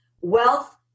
wealth